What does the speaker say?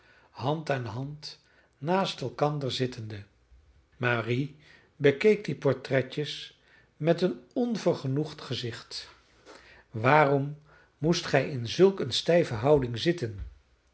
hand aan hand naast elkander zittende marie bekeek die portretjes met een onvergenoegd gezicht waarom moest gij in zulk een stijve houding zitten